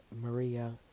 Maria